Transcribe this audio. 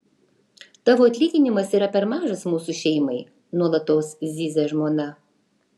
tavo atlyginimas yra per mažas mūsų šeimai nuolatos zyzia žmona